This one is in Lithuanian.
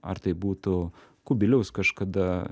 ar tai būtų kubiliaus kažkada